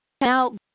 now